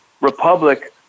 republic